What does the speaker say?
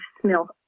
smell